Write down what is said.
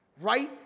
Right